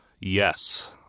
yes